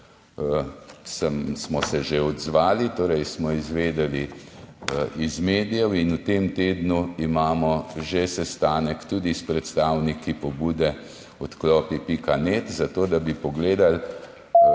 smo se že odzvali, torej smo izvedeli iz medijev, v tem tednu imamo že sestanek tudi s predstavniki pobude Odklopi.net, zato da bi pogledali